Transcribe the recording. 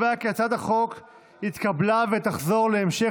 הצעת חוק לתיקון פקודת המשטרה (מס'